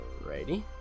Alrighty